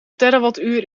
terawattuur